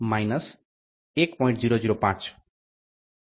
758 1